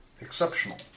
exceptional